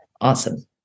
awesome